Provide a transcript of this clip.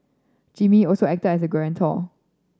Jimmy also acted as guarantor